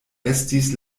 estis